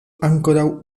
ankoraŭ